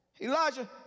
Elijah